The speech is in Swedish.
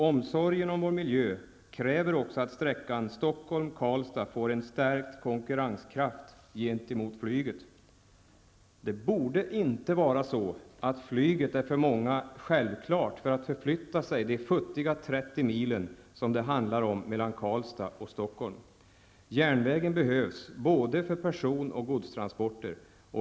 Omsorgen om vår miljö kräver också att sträckan Stockholm -- Karlstad får en stärkt konkurrenskraft gentemot flyget. Det borde inte vara så, att flyget för många är självklart när det gäller att förflytta sig de futtiga 30 mil det handlar om mellan Karlstad och Stockholm. Järnvägen behövs både för person och för godstransporter.